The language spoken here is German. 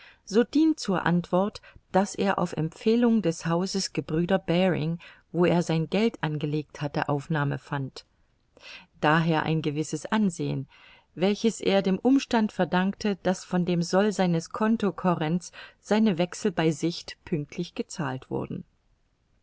so dient zur antwort daß er auf empfehlung des hauses gebr baring wo er sein geld angelegt hatte aufnahme fand daher ein gewisses ansehen welches er dem umstand verdankte daß von dem soll seines conto corrents seine wechsel bei sicht pünktlich gezahlt wurden